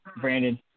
Brandon